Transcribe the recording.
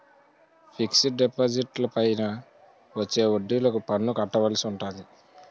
fixed డిపాజిట్లపైన వచ్చే వడ్డిలకు పన్ను కట్టవలసి ఉంటాది